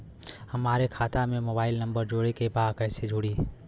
हमारे खाता मे मोबाइल नम्बर जोड़े के बा कैसे जुड़ी?